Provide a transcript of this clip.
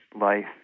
life